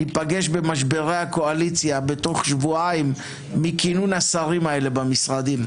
ניפגש במשברי הקואליציה בתוך שבועיים מכינון השרים האלה במשרדים.